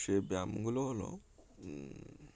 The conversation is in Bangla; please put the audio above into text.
সে ব্যায়ামগুলো হলো